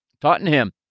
Tottenham